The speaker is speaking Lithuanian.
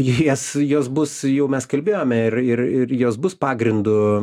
į jas jos bus jau mes kalbėjome ir ir ir jos bus pagrindu